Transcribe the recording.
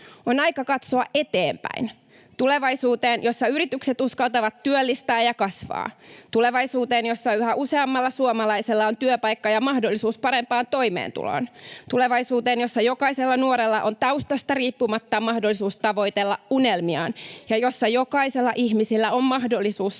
On aika katsoa eteenpäin, tulevaisuuteen, jossa yritykset uskaltavat työllistää ja kasvaa, tulevaisuuteen, jossa yhä useammalla suomalaisella on työpaikka ja mahdollisuus parempaan toimeentuloon, tulevaisuuteen, jossa jokaisella nuorella on taustastaan riippumatta mahdollisuus tavoitella unelmiaan ja jossa jokaisella ihmisellä on mahdollisuus